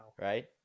Right